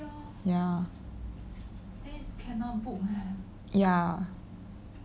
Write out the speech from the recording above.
ya ya